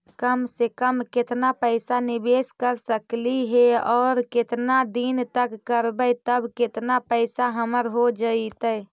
कम से कम केतना पैसा निबेस कर सकली हे और केतना दिन तक करबै तब केतना पैसा हमर हो जइतै?